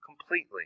completely